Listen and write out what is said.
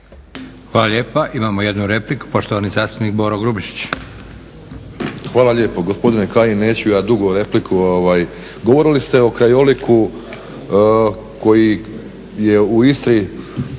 Hvala lijepa. Imamo jednu repliku. Poštovani zastupnik Boro Grubišić. **Grubišić, Boro (HDSSB)** Hvala lijepo. Gospodine Kajin, neću ja dugu repliku. Govorili ste o krajoliku koji je u Istri